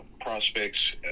prospects